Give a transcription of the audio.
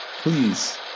please